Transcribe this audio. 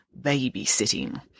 Babysitting